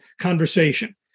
conversation